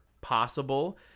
possible